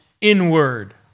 inward